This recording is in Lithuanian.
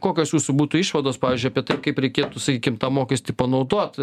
kokios jūsų būtų išvados pavyzdžiui apie tai kaip reikėtų sakykim tą mokestį panaudot